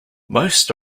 most